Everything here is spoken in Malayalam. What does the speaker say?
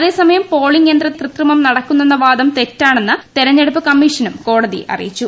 അതേസമയം പോളിംഗ് യന്ത്രത്തിൽ കൃത്രിമം നടക്കുന്നെന്ന വാദം തെറ്റാണെന്ന് തെരഞ്ഞെടുപ്പ് കമ്മീഷനും കോടതിയെ അറിയിച്ചു